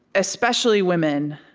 especially women,